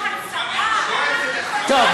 טוב.